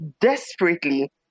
desperately